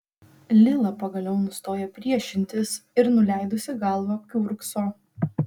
lila pagaliau nustoja priešintis ir nuleidusi galvą kiurkso